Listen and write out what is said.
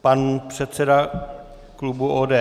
Pan předseda klubu ODS.